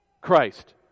Christ